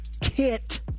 kit